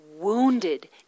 wounded